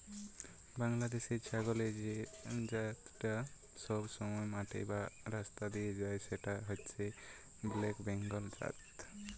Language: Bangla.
বাংলাদেশের ছাগলের যে জাতটা সবসময় মাঠে বা রাস্তা দিয়ে যায় সেটা হচ্ছে ব্ল্যাক বেঙ্গল জাত